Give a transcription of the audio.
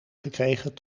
gekregen